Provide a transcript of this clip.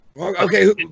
Okay